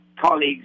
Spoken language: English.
colleagues